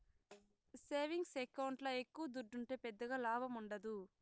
savings ఎకౌంట్ల ఎక్కవ దుడ్డుంటే పెద్దగా లాభముండదు